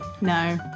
no